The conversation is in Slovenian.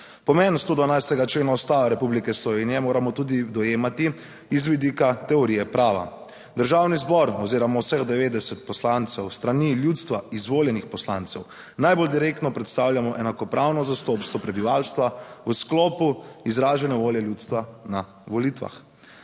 Pomen 112. člena Ustave Republike Slovenije moramo tudi dojemati iz vidika teorije prava; Državni zbor oziroma vseh 90 poslancev s strani ljudstva izvoljenih poslancev najbolj direktno predstavljamo enakopravno zastopstvo prebivalstva v sklopu izražene volje ljudstva na volitvah.